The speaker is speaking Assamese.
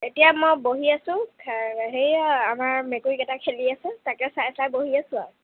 এতিয়া মই বহি আছোঁ খা সেইয়া আমাৰ মেকুৰী কেইটা খেলি আছে তাকে চাই চাই বহি আছোঁ আৰু